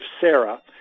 Sarah